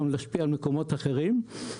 גם להשפיע על מקומות אחרים.